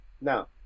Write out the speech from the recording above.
now